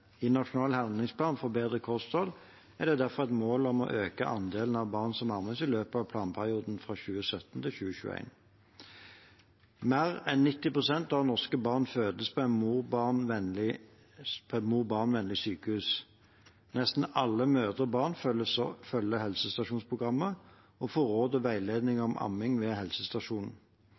I Nasjonal handlingsplan for bedre kosthold er det derfor et mål om å øke andelen av barn som ammes, i løpet av planperioden 2017–2021. Mer enn 90 pst. av norske barn fødes på Mor-barn-vennlige sykehus. Nesten alle mødre og barn følger helsestasjonsprogrammet og får råd og veiledning om amming ved helsestasjonen.